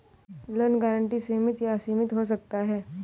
loan guarantee सीमित या असीमित हो सकता है